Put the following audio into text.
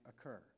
occur